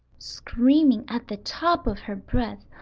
screaming at the top of her breath.